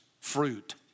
fruit